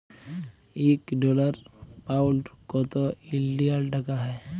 ইক dollar, pound কত ইলডিয়াল টাকা হ্যয়